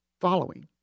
following